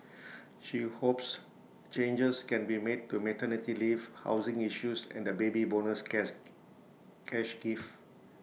she hopes changes can be made to maternity leave housing issues and the Baby Bonus cash cash gift